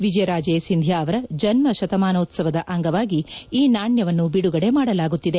ವಿಜಯರಾಜೇ ಸಿಂಧಿಯಾ ಅವರ ಜನ್ಮಶತಮಾನೋತ್ವವದ ಅಂಗವಾಗಿ ಈ ನಾಣ್ಯವನ್ನು ಬಿಡುಗಡೆ ಮಾಡಲಾಗುತ್ತಿದೆ